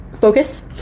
focus